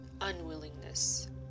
unwillingness